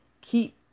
keep